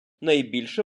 найбільше